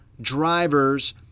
drivers